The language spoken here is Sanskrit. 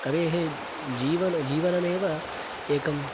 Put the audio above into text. कवेः जीवन जीवनमेव एकं